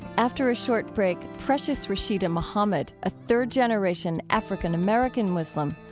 after a short break, precious rasheeda muhammad, a third-generation, african-american muslim.